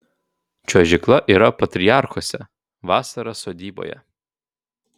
čiuožykla yra patriarchuose vasara sodyboje